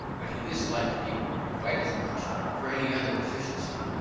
but he disliked people quite as much for any other deficiency,